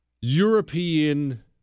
European